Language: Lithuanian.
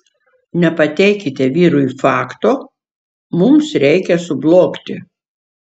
nepateikite vyrui fakto mums reikia sublogti